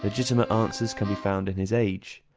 legitimate answers can be found in his age,